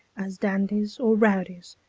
as dandies or rowdies,